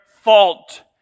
fault